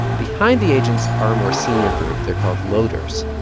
behind the agents are a more senior group. they're called loaders.